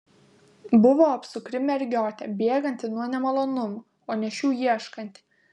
buvo apsukri mergiotė bėganti nuo nemalonumų o ne šių ieškanti